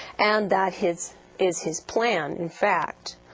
and that his is his plan in fact